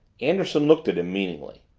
anderson looked at him meaningly.